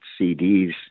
CDs